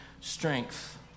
strength